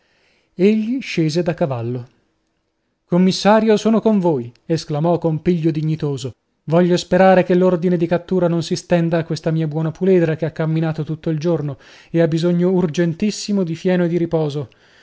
egli scese da cavallo commissario sono con voi esclamò con piglio dignitoso voglio sperare che l'ordine di cattura non si stenda a questa mia buona puledra che ha camminato tutto il giorno ed ha bisogno urgentissimo di fieno e di riposo